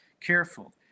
careful